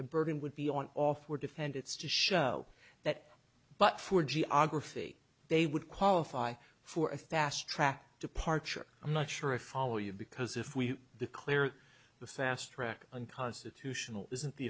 the burden would be on off or defend it's to show that but for geography they would qualify for a fast track departure i'm not sure if follow you because if we declare the fastrack unconstitutional isn't the